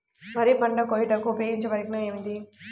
వరి పంట కోయుటకు ఉపయోగించే పరికరం ఏది?